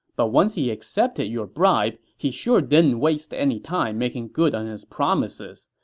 but once he accepted your bribe, he sure didn't waste any time making good on his promises.